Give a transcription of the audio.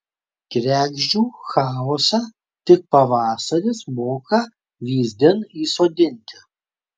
kregždžių chaosą tik pavasaris moka vyzdin įsodinti